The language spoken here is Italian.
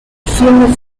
film